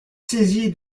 saisi